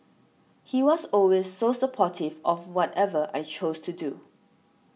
he was always so supportive of whatever I chose to do